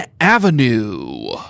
Avenue